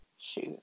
Shoot